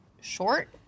short